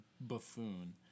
buffoon